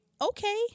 Okay